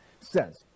says